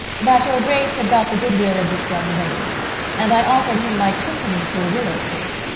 that your grace had got the good will of this young lady and i offered him my company to a willow tree,